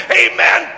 amen